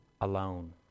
alone